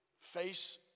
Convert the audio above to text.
face